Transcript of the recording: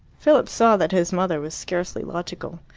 philip saw that his mother was scarcely logical.